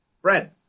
Bread